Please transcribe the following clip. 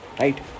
right